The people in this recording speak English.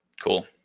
Cool